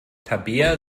tabea